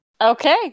Okay